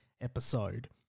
episode